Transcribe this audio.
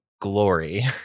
glory